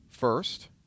First